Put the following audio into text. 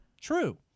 true